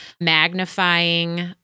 magnifying